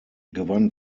gewann